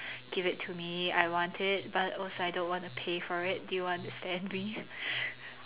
give it to me I want it but also I don't want to pay for it do you want to send me